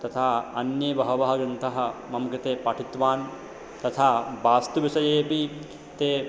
तथा अन्ये बहवः ग्रन्थाः मम कृते पाठितवान् तथा वास्तुविषयेपि ते